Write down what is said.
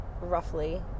roughly